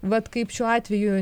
vat kaip šiuo atveju